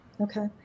Okay